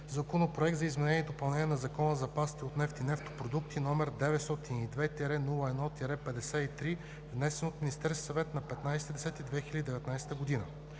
Законопроект за изменение и допълнение на Закона за запасите от нефт и нефтопродукти, № 902-01-53, внесен от Министерския съвет на 15 октомври